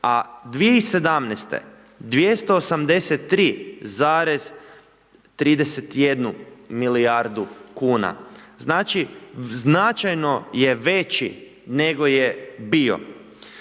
a 2017.-te 283,31 milijardu kuna, znači, značajno je veći nego je bio.